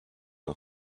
are